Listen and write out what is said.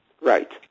Right